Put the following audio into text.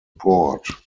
port